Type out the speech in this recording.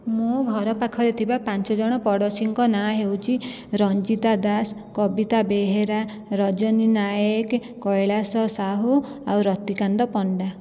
ମୋ' ଘର ପାଖରେ ଥିବା ପାଞ୍ଚଜଣ ପଡ଼ୋଶୀଙ୍କ ନାଁ ହେଉଛି ରଞ୍ଜିତା ଦାସ କବିତା ବେହେରା ରଜନୀ ନାୟକ କୈଳାସ ସାହୁ ଆଉ ରତିକାନ୍ତ ପଣ୍ଡା